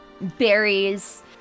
berries